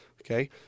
okay